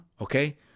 Okay